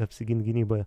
apsigint gynyboje